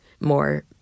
more